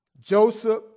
Joseph